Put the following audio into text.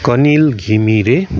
Kanil Ghimire